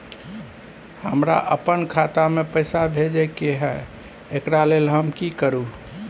हमरा अपन खाता में पैसा भेजय के है, एकरा लेल हम की करू?